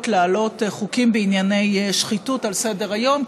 להעלות חוקים בענייני שחיתות על סדר-היום,